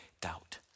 doubt